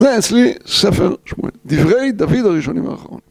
ואצלי ספר שמואל, דברי דוד הראשונים והאחרונים.